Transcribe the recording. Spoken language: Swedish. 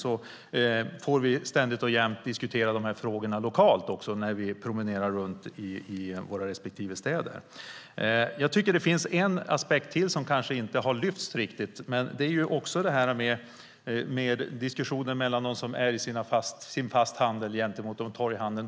Där får vi ständigt och jämt diskutera frågorna lokalt, när vi promenerar runt i våra respektive städer. Jag tycker att det finns en aspekt till som inte har lyfts fram riktigt. Det är diskussionen mellan dem som finns i sin fasta handel gentemot dem som finns i torghandeln.